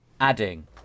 adding